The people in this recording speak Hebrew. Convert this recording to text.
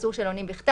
אסור שאלונים בכתב,